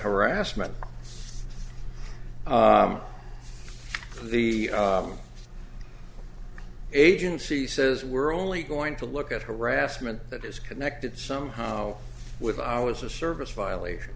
harassment the agency says we're only going to look at harassment that is connected somehow with our as a service violation